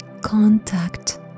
Contact